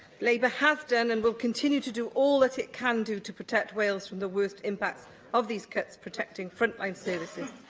labour has done and will continue to do all that it can do to protect wales from the worst impacts of these cuts, protecting front-line services.